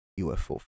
UFO